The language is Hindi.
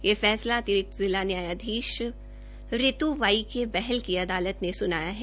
ये फैसला अतिरिक्त जिला न्यायधीश रितू वाई के बहल की अदालत ने सुनाया है